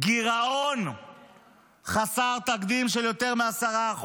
גירעון חסר תקדים של יותר מ-10%.